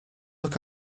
look